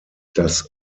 das